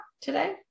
today